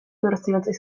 dorastającej